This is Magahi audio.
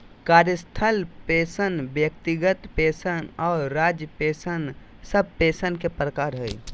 कार्यस्थल पेंशन व्यक्तिगत पेंशन आर राज्य पेंशन सब पेंशन के प्रकार हय